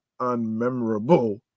unmemorable